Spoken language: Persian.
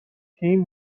تیم